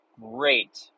great